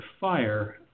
fire